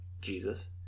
Jesus